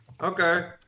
Okay